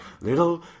little